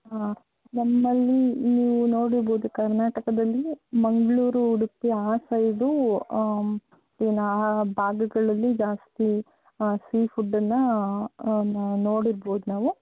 ಹಾಂ ನಮ್ಮಲ್ಲಿ ನೀವು ನೋಡಿರ್ಬೊದು ಕರ್ನಾಟಕದಲ್ಲಿ ಮಂಗಳೂರು ಉಡುಪಿ ಆ ಸೈಡ್ ಏನು ಆ ಭಾಗಗಳಲ್ಲಿ ಜಾಸ್ತಿ ಸೀ ಫುಡ್ಡನ್ನ ನೋಡಿರ್ಬೊದು ನಾವು